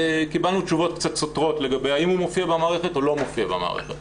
קיבלנו תשובות קצת סותרות לגבי האם הוא מופיע או לא מופיע במערכת.